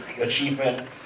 achievement